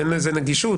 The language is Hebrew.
אין לזה נגישות,